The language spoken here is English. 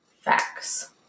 Facts